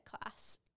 class